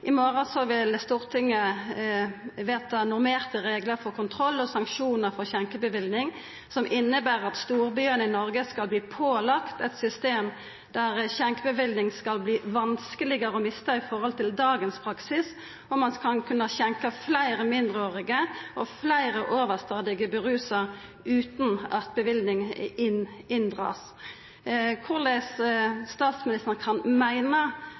I morgon vil Stortinget vedta normerte reglar for kontroll og sanksjonar for skjenkeløyve som inneber at storbyane i Noreg skal verta pålagde eit system der skjenkeløyvet skal verta vanskelegare å mista samanlikna med dagens praksis. Ein skal kunna skjenka fleire mindreårige og fleire overstadig rusa utan at løyvet vert inndratt. Korleis statsministeren kan meina